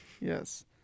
Yes